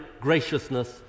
graciousness